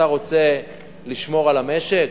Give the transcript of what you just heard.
אתה רוצה לשמור על המשק,